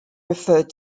referred